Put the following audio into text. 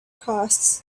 costs